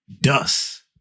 dust